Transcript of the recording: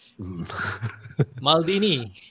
Maldini